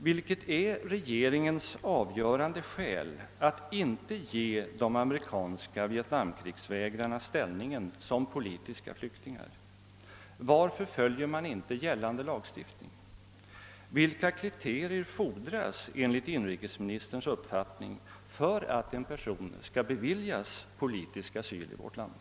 Vilket är regeringens avgörande skäl att inte ge de amerikanska vietnamkrigsvägrarna ställningen som politiska flyktingar? Varför följer man inte gällande lagstiftning? Vilka kriterier fordras enligt inrikesministerns uppfattning för att en person skall beviljas politisk asyl i vårt land?